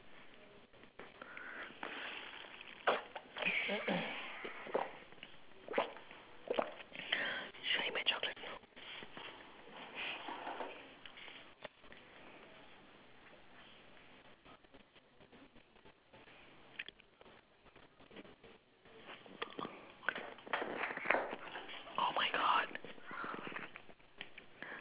should I eat my chocolate oh my god